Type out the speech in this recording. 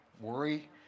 worry